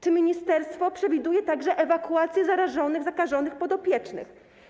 Czy ministerstwo przewiduje także ewakuację zarażonych, zakażonych podopiecznych?